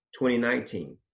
2019